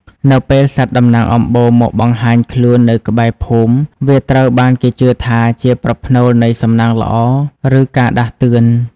នៅពេលសត្វតំណាងអំបូរមកបង្ហាញខ្លួននៅក្បែរភូមិ វាត្រូវបានគេជឿថាជាប្រផ្នូលនៃសំណាងល្អ ឬការដាស់តឿន។